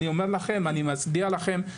אני מצדיע לכם,